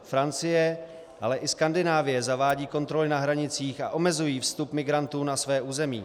Francie, ale i Skandinávie zavádějí kontroly na hranicích a omezují vstup migrantů na své území.